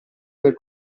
per